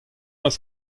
eus